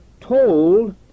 told